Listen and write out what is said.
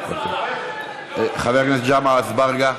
חבר הכנסת ג'מעה אזברגה.